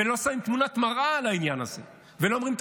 ולא שמים תמונת מראה על העניין הזה ולא אומרים את